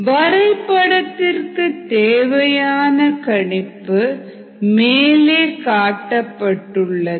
வரை படத்திற்கு தேவையான கணிப்பு மேலே காட்டப்பட்டுள்ளது